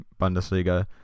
Bundesliga